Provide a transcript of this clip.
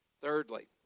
Thirdly